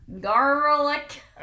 garlic